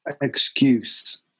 excuse